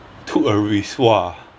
took a risk !wah!